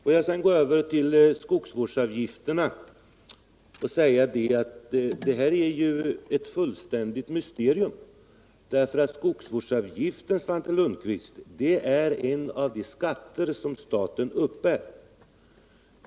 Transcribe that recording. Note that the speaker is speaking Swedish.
Får jag sedan gå över till frågan om skogsvårdsavgifterna och säga att er hållning i den är ett fullständigt mysterium, eftersom skogsvårdsavgiften är en av de skatter som staten uppbär.